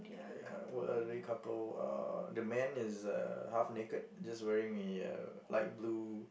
uh couple uh the man is uh half naked just wearing a uh light blue